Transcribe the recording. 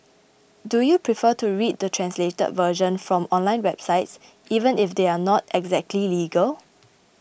do you prefer to read the translated version from online websites even if they are not exactly legal